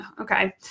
okay